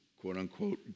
quote-unquote